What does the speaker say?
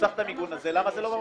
שצריך את הניוד הזה, למה זה לא בבסיס?